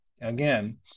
again